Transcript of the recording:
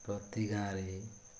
ପ୍ରତି ଗାଁରେ